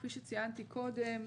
כפי שציינתי קודם,